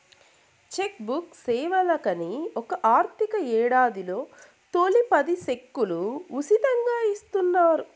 check book సేవలకని ఒక ఆర్థిక యేడాదిలో తొలి పది సెక్కులు ఉసితంగా ఇస్తున్నారు